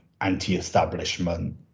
anti-establishment